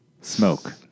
Smoke